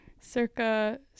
circa